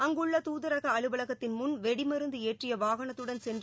அங்குள்ள துதரகஅலுவலகத்தின் முன் வெடிமருந்துஏற்றியவாகனத்துடன் சென்று